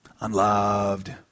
unloved